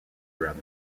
around